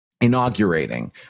inaugurating